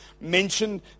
mentioned